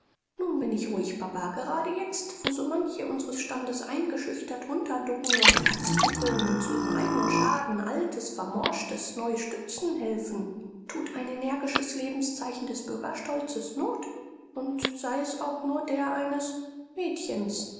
nun bin ich ruhig papa gerade jetzt wo so manche unseres standes eingeschüchtert unterducken und katzbuckeln und zu ihrem eigenen schaden altes vermorschtes neu stützen helfen thut ein energisches lebenszeichen des bürgerstolzes not und sei es auch nur der eines